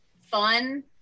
fun